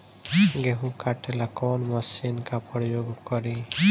गेहूं काटे ला कवन मशीन का प्रयोग करी?